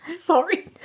Sorry